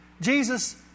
Jesus